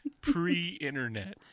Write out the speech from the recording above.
Pre-internet